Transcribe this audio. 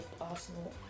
Arsenal